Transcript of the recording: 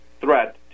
threat